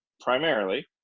primarily